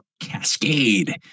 cascade